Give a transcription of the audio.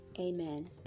Amen